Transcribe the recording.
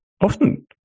often